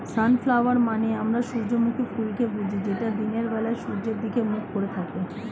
sunflower মানে আমরা সূর্যমুখী ফুলকে বুঝি যেটা দিনের বেলায় সূর্যের দিকে মুখ করে থাকে